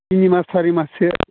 थिनिमास सारि मास सो